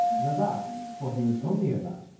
the lad for he was only a lad,